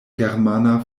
germana